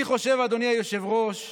אני חושב, אדוני היושב-ראש,